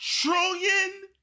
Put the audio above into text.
trillion